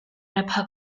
rebħa